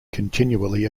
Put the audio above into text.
continually